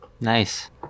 Nice